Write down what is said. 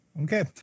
Okay